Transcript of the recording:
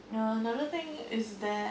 and another thing is that